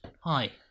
Hi